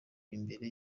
imbere